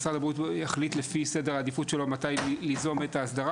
משרד הבריאות יחליט לפי סדר העדיפות שלו מתי ליזום את ההסדרה